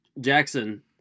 Jackson